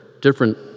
different